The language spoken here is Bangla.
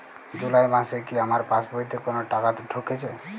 জুলাই মাসে কি আমার পাসবইতে কোনো টাকা ঢুকেছে?